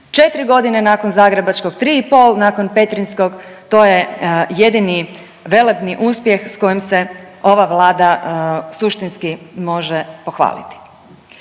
EU. 4.g. nakon zagrebačkog, 3 i pol nakon petrinjskog to je jedini velebni uspjeh s kojim se ova Vlada suštinski može pohvaliti.